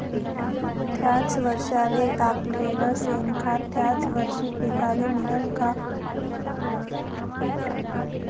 थ्याच वरसाले टाकलेलं शेनखत थ्याच वरशी पिकाले मिळन का?